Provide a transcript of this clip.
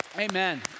Amen